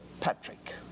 Patrick